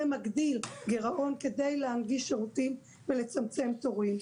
זה מגדיל גירעון כדי להנגיש שירותים ולצמצם תורים.